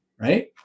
right